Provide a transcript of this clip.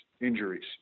injuries